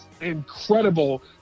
incredible